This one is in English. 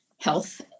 health